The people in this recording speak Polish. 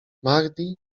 mahdi